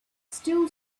still